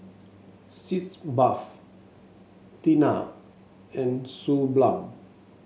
Sitz Bath Tena and Suu Balm